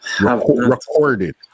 Recorded